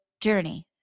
journey